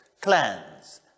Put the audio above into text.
clans